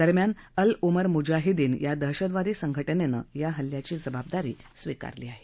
दरम्यान अल उमर मुजाहिदीन या दहशतवादी संघटनेनं या हल्ल्याची जबाबदारी स्विकारली आहे